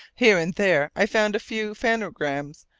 here and there i found a few phanerogams,